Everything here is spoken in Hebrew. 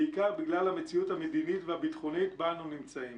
בעיקר בגלל המציאות המדינית והביטחונית בה אנו נמצאים.